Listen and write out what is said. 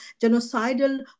genocidal